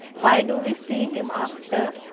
why do we see him after,